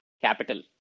capital